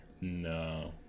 No